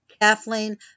Kathleen